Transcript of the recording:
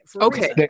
Okay